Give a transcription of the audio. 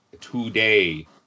today